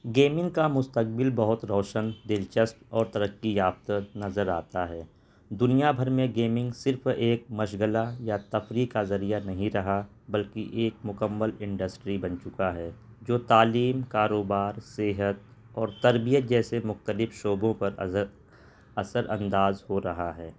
gaming کا مستقبل بہت روشن دلچسپ اور ترقی یافتہ نظر آتا ہے دنیا بھر میں گیمنگ صرف ایک مشغلہ یا تفریح کا ذریعہ نہیں رہا بلکہ ایک مکمل انڈسٹری بن چکا ہے جو تعلیم کاروبار صحت اور تربیت جیسے مختلف شعبوں پر ازر اثر انداز ہو رہا ہے